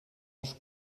els